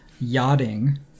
yachting